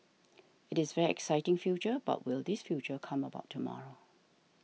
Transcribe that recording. it is very exciting future but will this future come about tomorrow